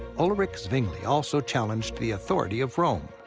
ulrich zwingli also challenged the authority of rome.